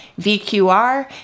VQR